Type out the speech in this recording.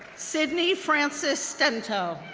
sydney frances stento,